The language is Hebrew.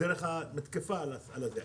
דרך מתקפה על זה.